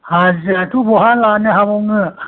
हाजिरायाथ' बहा लानो हाबावनो